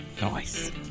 Nice